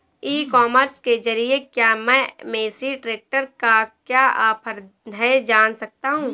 ई commerce के ज़रिए क्या मैं मेसी ट्रैक्टर का क्या ऑफर है जान सकता हूँ?